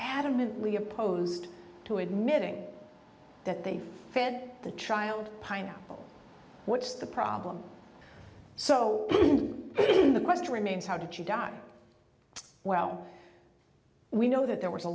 adamantly opposed to admitting that they fed the child pineapple what's the problem so the question remains how did she die well we know that there was a